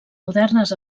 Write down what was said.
modernes